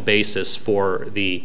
basis for the